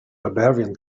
barbarian